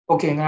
Okay